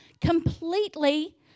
completely